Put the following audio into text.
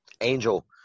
Angel